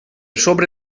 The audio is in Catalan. sobre